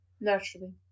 Naturally